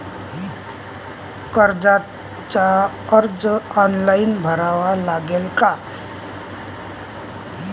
कर्जाचा अर्ज ऑनलाईन भरा लागन का?